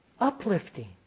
uplifting